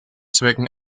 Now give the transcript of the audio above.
zwecken